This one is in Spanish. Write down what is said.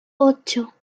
ocho